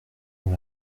dans